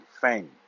fame